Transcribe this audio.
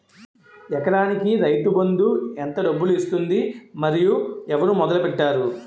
ఎకరానికి రైతు బందు ఎంత డబ్బులు ఇస్తుంది? మరియు ఎవరు మొదల పెట్టారు?